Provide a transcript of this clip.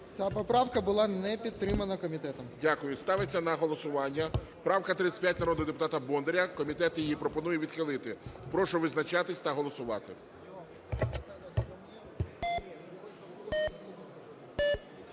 Ця поправка була не підтримана комітетом. ГОЛОВУЮЧИЙ. Дякую. Ставиться на голосування правка 35, народного депутата Бондаря, комітет її пропонує відхилити. Прошу визначатися та голосувати.